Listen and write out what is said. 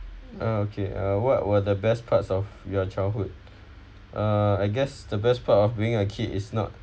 uh okay uh what were the best parts of your childhood uh I guess the best part of being a kid is not